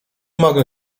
mogę